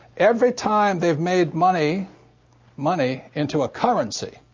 every time they've made money money into a currency,